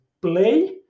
play